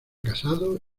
casado